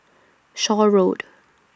Shaw Road